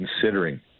considering